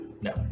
No